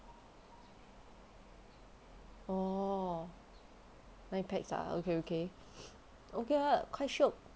orh nine packs ah okay okay okay ah quite shiok